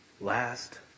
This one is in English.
last